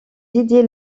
dédiée